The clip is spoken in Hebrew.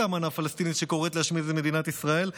האמנה הפלסטינית שקוראת להשמיד את מדינת ישראל,